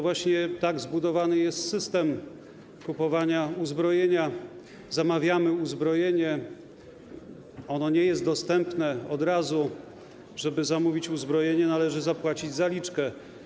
Właśnie tak zbudowany jest system kupowania uzbrojenia: zamawiamy uzbrojenie, ono nie jest dostępne od razu, żeby zamówić uzbrojenie, należy zapłacić zaliczkę.